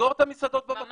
תסגור את המסעדות בבתי מלון.